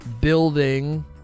building